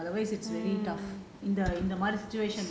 you have to keep in touch with them otherwise it's very tough